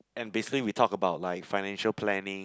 and basically we talk about like financial planning